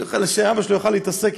שאבא שלו יוכל להתעסק,